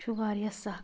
یہِ چھُ واریاہ سخ